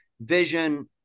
vision